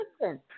listen